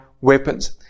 weapons